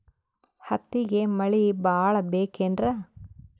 ಹತ್ತಿಗೆ ಮಳಿ ಭಾಳ ಬೇಕೆನ್ರ?